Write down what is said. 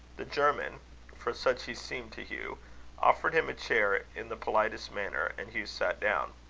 the german for such he seemed to hugh offered him a chair in the politest manner and hugh sat down.